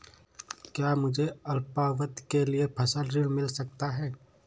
क्या मुझे अल्पावधि के लिए फसल ऋण मिल सकता है?